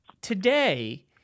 today